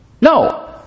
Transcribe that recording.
No